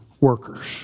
workers